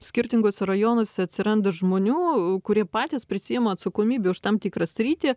skirtinguose rajonuose atsiranda žmonių kurie patys prisiima atsakomybę už tam tikrą sritį